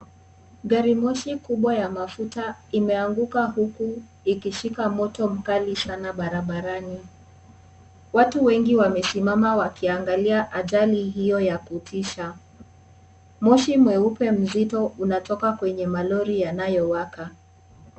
Garimoshi kubwa ya mafuta imeanguka huku ikishika moto mkali sana barabarani. Watu wengi wamesimama wakiangalia ajali hio ya kutisha. Moshi mweupe mzito unatoka kwenye malori yanayowaka.